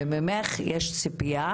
וממך יש ציפייה